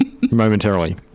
momentarily